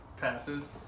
passes